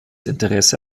interesse